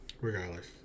regardless